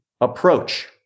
approach